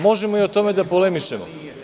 Možemo i o tome da polemišemo.